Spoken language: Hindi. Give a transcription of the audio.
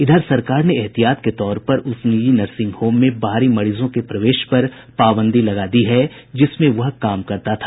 इधर सरकार ने एहतियात के तौर पर उस निजी नर्सिंग होम में बाहरी मरीजों के प्रवेश पर पाबंदी लगा दी है जिसमें वह काम करता था